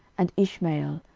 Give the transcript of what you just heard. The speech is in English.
and ishmael,